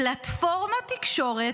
פלטפורמת תקשורת,